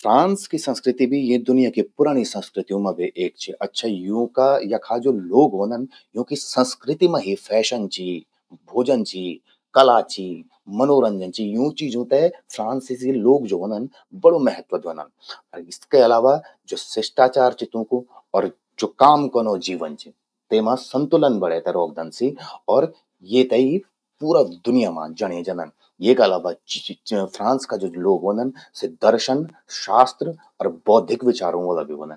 फ्रांस कि स्संकृति भी यीं दुन्या कि पुराणि संस्कृतियूं मां भे एक चि। अच्छा यूका यखा ज्वो लोग व्हंदन, यूंकि संस्कृति मां ही फैशन चि, भोजन चि, कला चि, मनोरंजन चि, यूं चीजूं ते फ्रांसिसि लोग ज्वो व्हंदन, बड़ु महत्व द्योंदन। इसके अलावा ज्वो शिष्टाचार चि तूंकू अर ज्वो काम कनौ जीवन चि, तेमां संतुलन बणै ते रौखदन सि। और येत ही पूरा दुनिया मां जण्ये जंदन। येका अलावा फ्रांस का ज्वो लोग व्हंदन, सि दर्शन, शास्त्र र बौद्धिक विचारों वला भी व्हंदन।